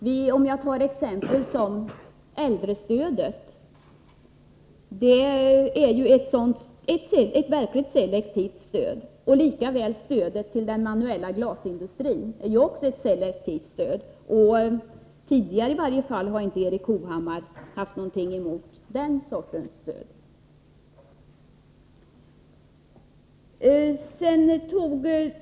Äldrestödet t.ex. är ett verkligt selektivt stöd lika väl som stödet till den manuella glasindustrin. Erik Hovhammar har i varje fall inte tidigare haft någonting emot den sortens stöd.